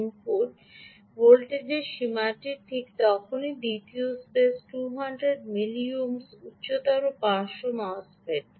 input ভোল্টেজের সীমাটি ঠিক তখনই দ্বিতীয় স্পেস 200 মিলিওহামস উচ্চতর পার্শ্ব মোসফেট